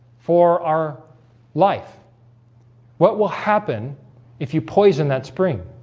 for our life what will happen if you poison that spring?